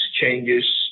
changes